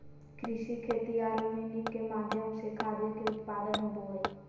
कृषि, खेती आरो वानिकी के माध्यम से खाद्य के उत्पादन होबो हइ